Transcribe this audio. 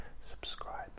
subscribe